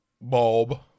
bulb